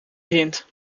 hint